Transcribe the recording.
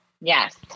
Yes